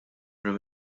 prim